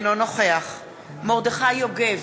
אינו נוכח מרדכי יוגב,